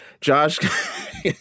Josh